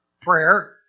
prayer